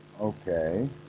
okay